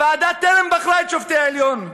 הוועדה טרם בחרה את שופטי העליון,